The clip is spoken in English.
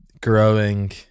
growing